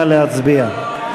נא להצביע.